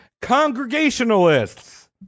congregationalists